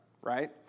right